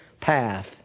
path